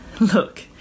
Look